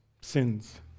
sins